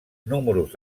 números